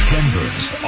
Denver's